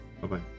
Bye-bye